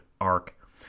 arc